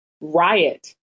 Riot